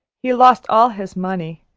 he lost all his money,